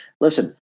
listen